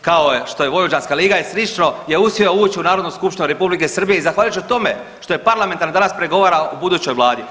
kao što je Vojvođanska liga je slično je uspio ući u Narodnu skupštinu Republike Srbije i zahvaljujući tome što je parlamentaran danas pregovara o budućoj vladi.